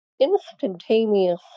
instantaneous